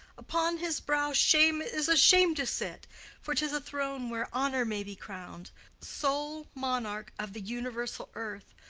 upon his brow shame is asham'd to sit for tis a throne where honour may be crown'd sole monarch of the universal earth.